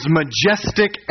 majestic